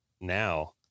now